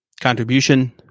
contribution